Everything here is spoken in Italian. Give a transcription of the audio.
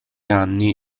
anni